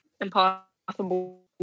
Impossible